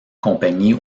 compagnie